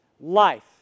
life